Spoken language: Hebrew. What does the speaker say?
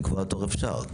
לקבוע תור אפשר.